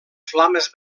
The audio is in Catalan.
flames